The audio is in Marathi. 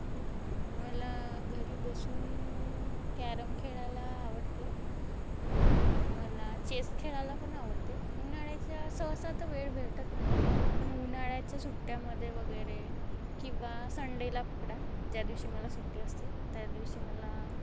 मला घरी बसून कॅरम खेळायला आवडते मला चेस खेळायला पण आवडते उन्हाळ्याच्या सहसा तर वेळ भेटत नाही पण उन्हाळ्याच्या सुट्ट्यामध्ये वगैरे किंवा संडेला पकडा ज्या दिवशी मला सुट्टी असते त्या दिवशी मला